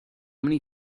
many